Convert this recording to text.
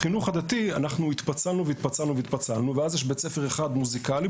בחינוך הדתי אנחנו התפצלנו והתפצלנו ואז יש בית ספר אחד מוסיקלי,